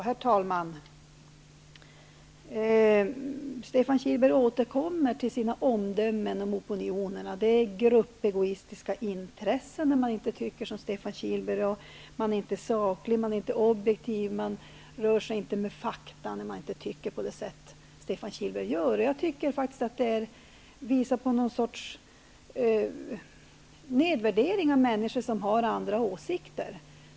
Herr talman! Stefan Kihlberg återkommer till sina omdömen om opinionerna. Han anser att man företräder gruppegoistiska intressen om man inte tycker som Stefan Kihlberg. Då är man inte saklig, inte objektiv och rör sig inte med fakta. Jag tycker faktiskt att detta visar på någon sorts nedvärdering av människor som har andra åsikter.